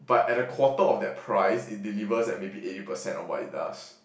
but at the quarter of that price it delivers like maybe eighty percent of what it does